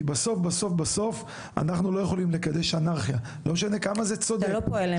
כי בסוף אנחנו לא יכולים לקדש אנרכיה לא משנה כמה זה צודק.